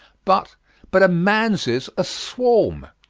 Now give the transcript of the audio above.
but but a manzy's a swarm.